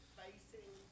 facing